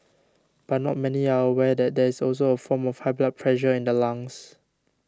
but not many are aware that there is also a form of high blood pressure in the lungs